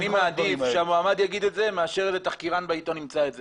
אני מעדיף שהמועמד יגיד את זה מאשר איזה תחקירן בעיתון ימצא את זה.